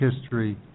history –